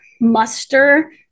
muster